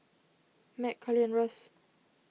Mack Karli and Russ